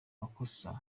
makosa